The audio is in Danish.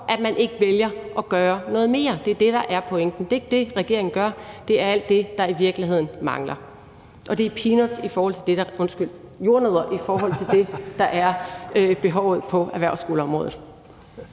at man ikke vælger at gøre noget mere. Det er det, der er pointen. Det er ikke det, regeringen gør. Det er alt det, der i virkeligheden mangler, og det er jordnødder i forhold til det, der er behov for på erhvervsskoleområdet.